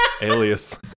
alias